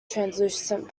translucent